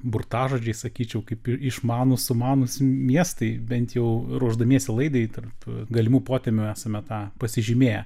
burtažodžiai sakyčiau kaip išmanūs sumanūs miestai bent jų ruošdamiesi laidai tarp galimų potemių esame tą pasižymėję